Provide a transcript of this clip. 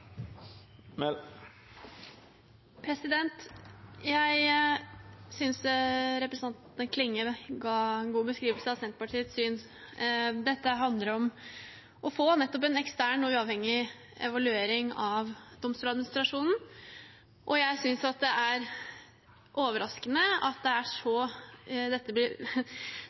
Jeg synes representanten Klinge ga en god beskrivelse av Senterpartiets syn. Dette handler om å få nettopp en ekstern og uavhengig evaluering av Domstoladministrasjonen, og jeg synes det er overraskende at dette blir